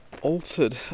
altered